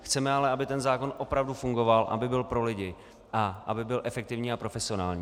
Chceme ale, aby ten zákon opravdu fungoval, aby byl pro lidi a aby byl efektivní a profesionální.